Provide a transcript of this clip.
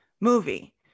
movie